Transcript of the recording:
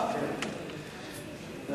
חברת הכנסת מיכאלי.